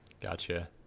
gotcha